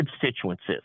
constituencies